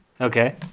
Okay